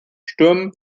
sturm